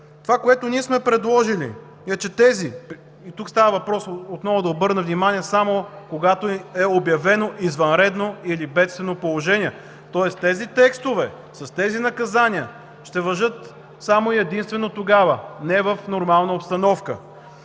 Това, което сме предложили ние, и тук става въпрос – отново да обърна внимание – само когато е обявено извънредно или бедствено положение. Тоест тези текстове с тези наказания ще важат само и единствено тогава, а не в нормална обстановка.